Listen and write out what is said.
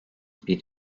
bir